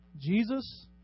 Jesus